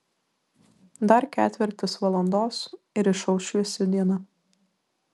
dar ketvirtis valandos ir išauš šviesi diena